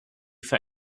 for